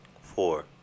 Four